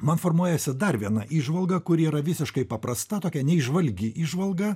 man formuojasi dar viena įžvalga kuri yra visiškai paprasta tokia neįžvalgi įžvalga